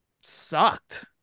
sucked